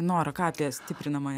nora ką apie stiprinamąją